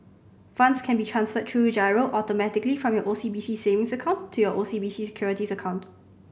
funds can be transferred through giro automatically from your O C B C savings account to your O C B C Securities account